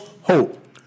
hope